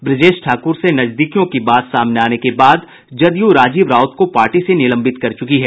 ब्रजेश ठाकुर से नजदीकियों की बात सामने आने के बाद जदयू राजीव राउत को पार्टी से निलंबित कर चुकी है